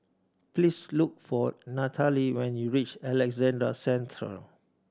please look for Nathaly when you reach Alexandra Central